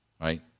right